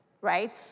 right